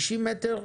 60 מטר,